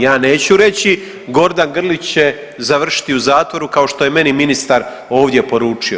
Ja neću reći Gordan Grlić će završiti u zatvoru kao što je meni ministar ovdje poručio.